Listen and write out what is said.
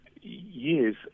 Yes